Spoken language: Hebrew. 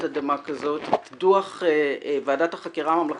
אדמה כזאת דוח ועד החקירה הממלכתית,